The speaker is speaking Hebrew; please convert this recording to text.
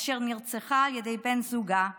אשר נרצחה על ידי בן זוגה,